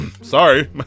sorry